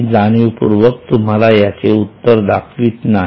मी जाणीवपुर्वक तुम्हाला याचे उत्तर दाखवित नाही